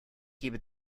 gebe